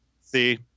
see